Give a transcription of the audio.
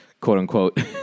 quote-unquote